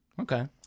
Okay